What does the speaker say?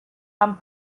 amb